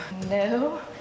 no